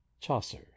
chaucer